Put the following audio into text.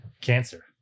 cancer